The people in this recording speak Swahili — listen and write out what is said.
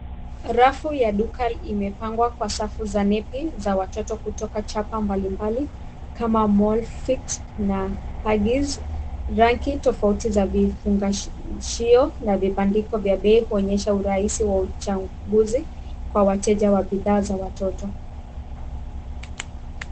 Rafu ya duka imepangwa kwa safu za nepi za watoto kutoka chapa mbalimbali kama Molfix na Haggies, rangi tofauti za vifungashio na vibandiko vya bei kuonyesha urahisi wa uchaguzi kwa wateja wa bidhaa za watoto.